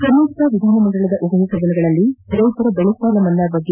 ಕರ್ನಾಟಕ ವಿಧಾನಮಂಡಲದ ಉಭಯ ಸದನಗಳಲ್ಲಿ ರೈತರ ಬೆಳೆ ಸಾಲ ಮನ್ನಾ ಬಗ್ಗೆ